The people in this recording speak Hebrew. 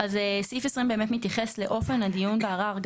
סעיף 20 מתייחס לאופן הדיון בערר.